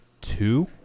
two